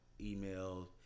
email